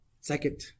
Second